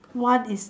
one is